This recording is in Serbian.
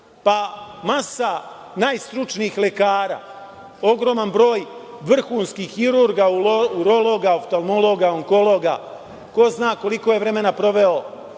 Pa, masa najstručnijih lekara, ogroman broj vrhunskih hirurga, urologa, oftamologa, onkologa, ko zna koliko je vremena provelo